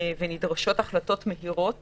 ונדרשות החלטות מהירות